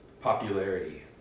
popularity